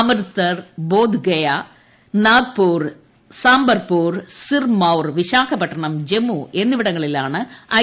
അമൃത്സർ ബോഡ്ഗയ നാഗ്പൂർ സാംബർപൂർ സിർമൌർ വിശാഖപട്ടണം ജമ്മു എന്നിവിടങ്ങളിലാണ് ഐ